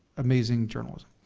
amazing journalism.